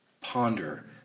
Ponder